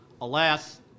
Alas